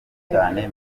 cyane